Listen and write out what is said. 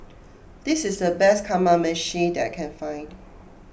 this is the best Kamameshi that I can find